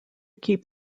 keep